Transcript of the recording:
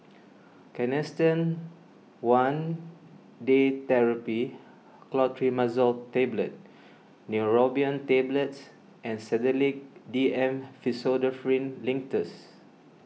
Canesten one Day therapy Clotrimazole Tablet Neurobion Tablets and Sedilix D M Pseudoephrine Linctus